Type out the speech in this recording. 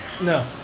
No